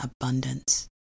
abundance